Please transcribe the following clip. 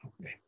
okay